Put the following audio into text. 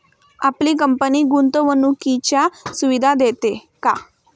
आपली कंपनी गुंतवणुकीच्या सुविधा देते का?